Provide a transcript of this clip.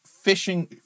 fishing